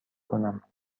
کنم